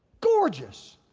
gorgeous.